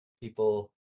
People